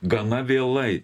gana vėlai